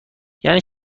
یعنی